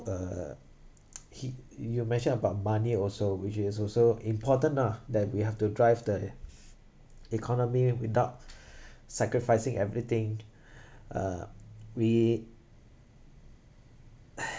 uh he you mention about money also which is also important ah that we have to drive the economy without sacrificing everything uh we